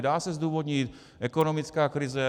Dá se zdůvodnit ekonomická krize.